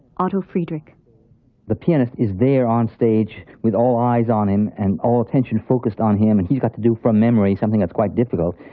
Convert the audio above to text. otto friedrich. of the pianist is there on stage with all eyes on him, and all attention focussed on him, and he's got to do from memory something that's quite difficult.